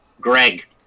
Greg